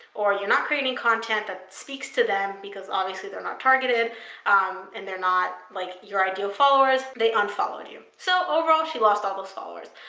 or you're not creating content that speaks to them because, obviously, they're not targeted and they're not like your ideal followers, they unfollowed you. so overall, she lost all those followers.